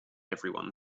everyone